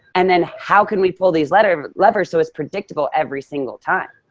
and then how can we pull these levers levers so it's predictable every single time?